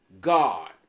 god